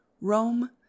rome